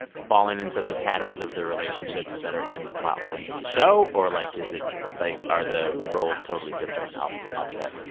falling into the patterns of their relationships that are in the plotlines of the show or, like, is it like, are the roles totally different offset?